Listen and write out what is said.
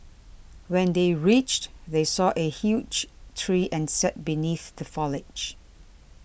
when they reached they saw a huge tree and sat beneath the foliage